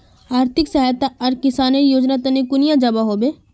आर्थिक सहायता आर किसानेर योजना तने कुनियाँ जबा होबे?